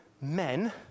men